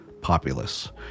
populace